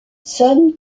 sun